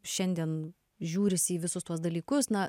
šiandien žiūrisi į visus tuos dalykus na